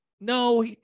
No